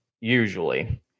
usually